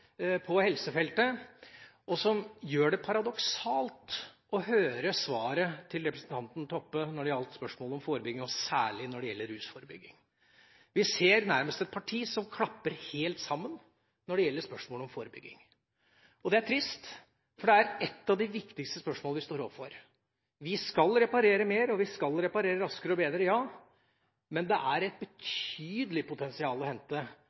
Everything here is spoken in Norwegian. på helsefeltet. Det gjør det paradoksalt å høre svaret representanten Toppe fikk når det gjelder spørsmålet om forebygging, og særlig når det gjelder rusforebygging. Vi ser et parti som nærmest klapper helt sammen når det gjelder spørsmålet om forebygging. Det er trist, for det er et av de viktigste spørsmålene vi står overfor. Vi skal reparere mer, og vi skal reparere raskere og bedre, ja – men det er et betydelig potensiale med tanke på å